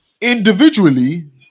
individually